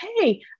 hey